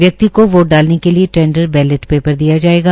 व्यक्ति को वोट डालने के लिए टेंडर बैलेट पेपर दिया जाएगा